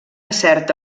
certa